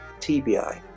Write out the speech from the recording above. TBI